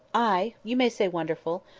ay! you may say wonderful.